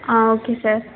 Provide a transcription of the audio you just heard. ah okay sir